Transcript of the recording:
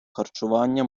харчування